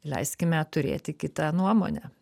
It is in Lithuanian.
leiskime turėti kitą nuomonę